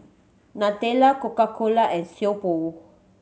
Nutella Coca Cola and Sio Pho